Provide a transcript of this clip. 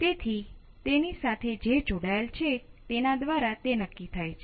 અને capacitor Rc છે